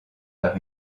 par